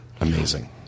amazing